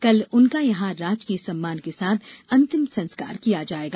कल उनका यहां राजकीय सम्मान के साथ अंतिम संस्कार किया जायेगा